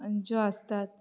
ज्यो आसतात